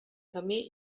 camí